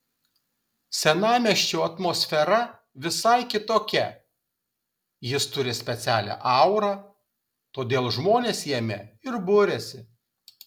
senamiesčio atmosfera visai kitokia jis turi specialią aurą todėl žmonės jame ir buriasi